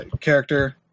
Character